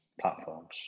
platforms